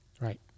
Right